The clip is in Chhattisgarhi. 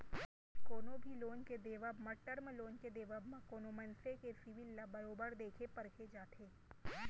कोनो भी लोन के देवब म, टर्म लोन के देवब म कोनो मनसे के सिविल ल बरोबर देखे परखे जाथे